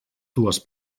dues